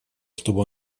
чтобы